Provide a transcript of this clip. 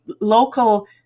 local